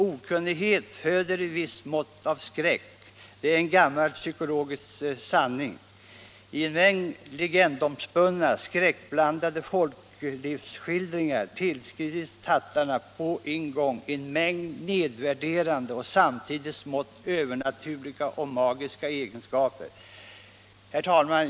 Okunnighet föder ett visst mått av skräck — det är en gammal psykologisk sanning. I en mängd legendomspunna, skräckblandade folklivsskildringar tillskrivs tattarna på en gång en mängd nedvärderande och samtidigt smått övernaturliga och magiska egenskaper. Herr talman!